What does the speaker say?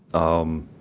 um.